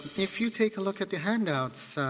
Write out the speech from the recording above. if you take a look at the handouts,